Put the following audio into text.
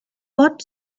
pot